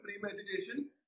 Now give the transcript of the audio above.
premeditation